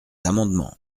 amendements